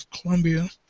Columbia